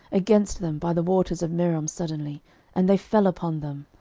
against them by the waters of merom suddenly and they fell upon them.